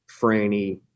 Franny